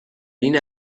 این